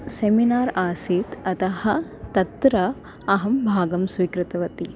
seminar आसीत् अतः तत्र अहं भागं स्वीकृतवती